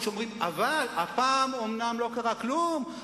שאומרים: הפעם אומנם לא קרה כלום,